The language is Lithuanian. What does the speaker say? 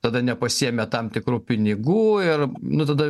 tada nepasiėmė tam tikrų pinigų ir nu tada